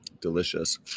Delicious